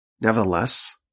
Nevertheless